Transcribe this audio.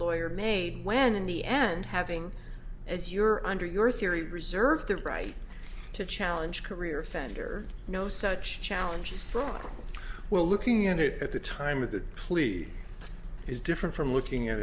lawyer made when in the end having as your under your theory reserve the right to challenge career offender no such challenges for a while looking at it at the time of the plea is different from looking at